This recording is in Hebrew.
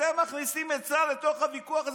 אתם מכניסים את צה"ל לתוך הוויכוח הזה.